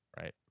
Right